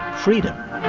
freedom